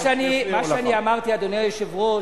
מה שאני אמרתי, אדוני היושב-ראש,